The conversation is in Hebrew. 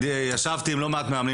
ישבתי לא מעט פעמים,